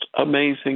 amazing